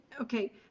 okay